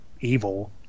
evil